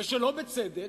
ושלא בצדק,